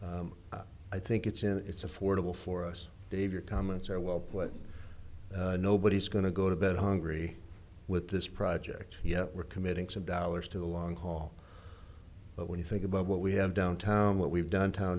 i think it's in it's affordable for us dave your comments are well what nobody's going to go to bed hungry with this project yet we're committing some dollars to the long haul but when you think about what we have downtown what we've done town